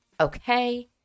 okay